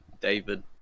David